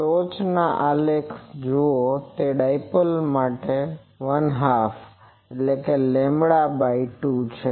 ટોચનો આલેખ જુઓ તે ડાઈપોલ માટે લેમ્બડા બાય 2 છે